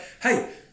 hey